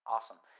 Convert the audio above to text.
Awesome